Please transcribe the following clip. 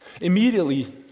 Immediately